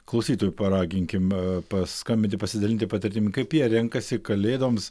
klausytojų paraginkim paskambinti pasidalinti patirtim kaip jie renkasi kalėdoms